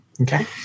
Okay